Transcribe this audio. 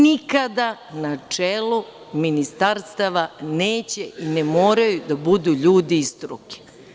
Nikada na čelu ministarstava neće i ne moraju da budu ljudi iz struke.